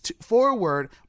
forward